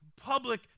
public